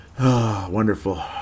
wonderful